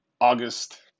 August